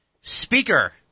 speaker